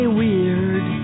weird